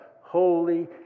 holy